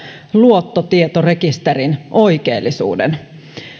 luottotietorekisterin oikeellisuuden